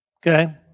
Okay